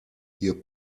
hier